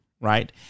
right